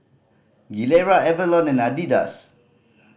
Gilera Avalon and Adidas